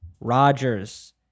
Rodgers